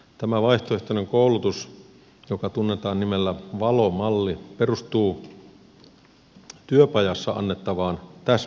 tämä vaihtoehtoinen koulutus joka tunnetaan nimellä valo malli perustuu työpajassa annettavaan täsmäkoulutukseen